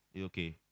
Okay